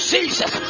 Jesus